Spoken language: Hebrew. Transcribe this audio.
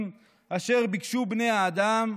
אלא הם חיל ה',